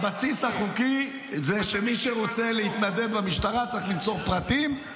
הבסיס החוקי זה שמי שרוצה להתנדב במשטרה צריך למסור פרטים.